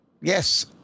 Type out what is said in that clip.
yes